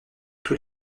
tous